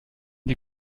die